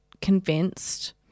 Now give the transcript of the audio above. convinced